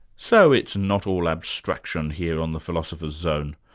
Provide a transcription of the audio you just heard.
so it's not all abstraction here on the philosopher's zone.